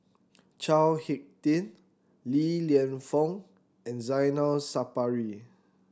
Chao Hick Tin Li Lienfung and Zainal Sapari